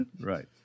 right